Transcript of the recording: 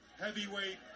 heavyweight